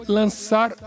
lançar